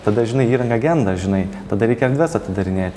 tada žinai įranga genda žinai tada reikia erdves atidarinėti